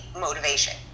motivation